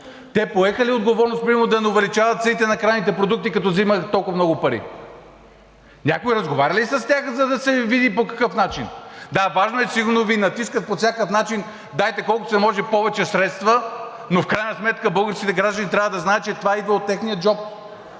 Те поеха ли отговорност примерно да не увеличават цените на крайните продукти, като взимат толкова много пари? Някой разговаря ли с тях, за да се види по какъв начин? Да, важно е, че сигурно Ви натискат по всякакъв начин – дайте колкото се може повече средства, но в крайна сметка българските граждани трябва да знаят, че това идва от техния джоб.